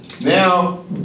now